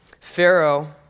Pharaoh